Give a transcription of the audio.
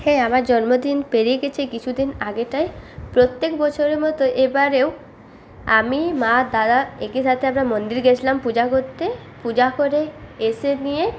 হ্যাঁ আমার জন্মদিন পেরিয়ে গেছে কিছুদিন আগেটায় প্রত্যেক বছরের মত এবারেও আমি মা দাদা একইসাথে আমরা মন্দির গেছিলাম পূজা করতে পূজা করে এসে নিয়ে